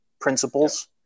principles